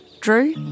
Drew